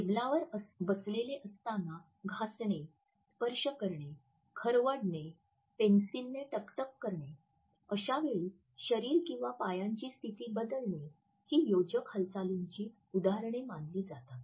टेबलावर बसलेले असताना घासणे स्पर्श करणे खरवडणे पेन्सिलीने टकटक करणे अशावेळी शरीर किंवा पायांची स्थिती बदलणे ही योजक हालचालीची उदाहरणे मानली जातात